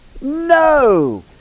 No